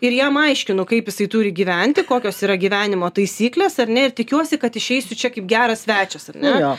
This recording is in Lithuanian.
ir jam aiškinu kaip jisai turi gyventi kokios yra gyvenimo taisyklės ar ne ir tikiuosi kad išeisiu čia kaip geras svečias ar ne